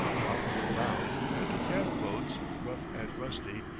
outward bound, empty cattle boats, rough and rusty,